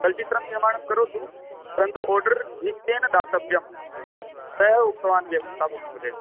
चलच्चित्रं निर्माणं करोतु परन्तु ओर्डर् निश्चयेन दातव्यं सः उक्तवान् व्यवस्थापकमहोदयः